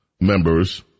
members